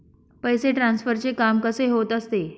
पैसे ट्रान्सफरचे काम कसे होत असते?